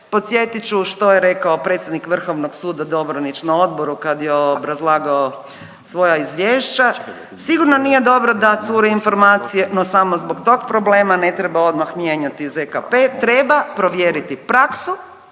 Podsjetit ću što je rekao predsjednik Vrhovnog suda Dobronić na odboru kad je obrazlagao svoja izvješća. Sigurno nije dobro da cure informacije no samog zbog tog problema ne treba odmah mijenjati ZKP, treba provjeriti praksu